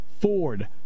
Ford